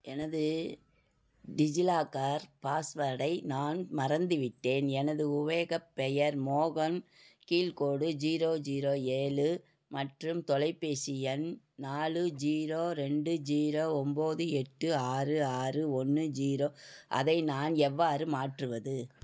எனது டிஜிலாக்கர் பாஸ்வேர்டை நான் மறந்துவிட்டேன் எனது உபயோகப் பெயர் மோகன் கீழ் கோடு ஜீரோ ஜீரோ ஏழு மற்றும் தொலைப்பேசி எண் நாலு ஜீரோ ரெண்டு ஜீரோ ஒம்பது எட்டு ஆறு ஆறு ஒன்று ஜீரோ அதை நான் எவ்வாறு மாற்றுவது